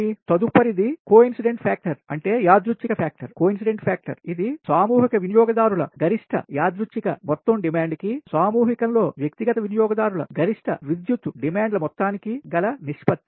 తదుపరిది కోఇన్సిడెన్స్ యాదృచ్చిక ఫ్యాక్టర్ ఇది సామూహిక వినియోగదారుల గరిష్ట యాదృచ్ఛిక మొత్తం డిమాండ్ కి సామూహికం లో వ్యక్తిగత వినియోగదారుల గరిష్ట విద్యుత్ డిమాండ్ల మొత్తానికి గల నిష్పత్తి